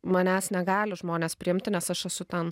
manęs negali žmonės priimti nes aš esu ten